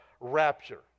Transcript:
rapture